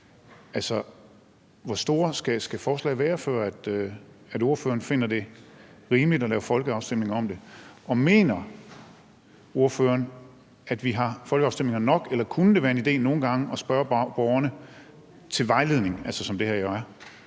hvor store skal forslagene være, før ordføreren finder det rimeligt at lave folkeafstemning om det? Og mener ordføreren, at vi har folkeafstemninger nok, eller kunne det være en idé nogle gange at spørge borgerne som vejledning, som det her jo